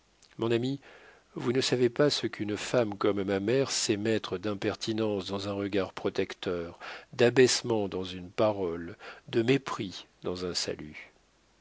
mon ami vous ne savez pas ce qu'une femme comme ma mère sait mettre d'impertinence dans un regard protecteur d'abaissement dans une parole de mépris dans un salut